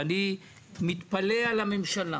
אני מתפלא על הממשלה